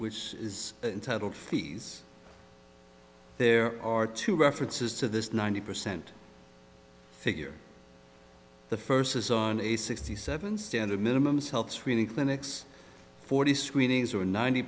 b in total fees there are two references to this ninety percent figure the first is on a sixty seven standard minimums health screening clinics forty screenings or ninety